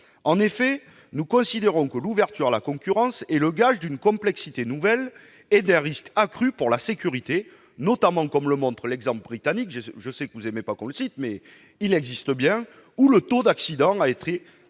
En effet, nous considérons que l'ouverture à la concurrence est le gage d'une complexité nouvelle et d'un risque accru pour la sécurité, comme le montre notamment l'exemple britannique. Je sais que vous n'aimez pas qu'on le cite, mais les faits sont là : le taux d'accident dans